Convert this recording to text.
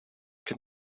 can